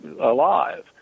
alive